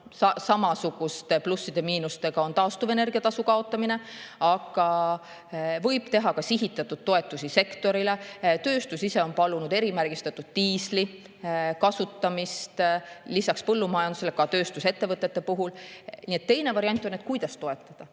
samasuguste plusside ja miinustega, on taastuvenergiatasu kaotamine. Aga võib teha ka sihitatud toetusi sektorile. Tööstus ise on palunud erimärgistatud diisli kasutamist lisaks põllumajandusele ka tööstusettevõtete puhul. Nii et teine variant on, et kuidas toetada. Need